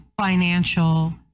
financial